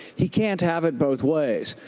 he can't have it both ways.